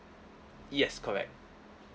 yes correct